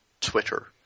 Twitter